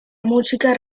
música